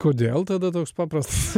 kodėl tada toks paprastas